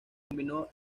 combinó